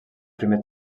primer